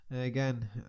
again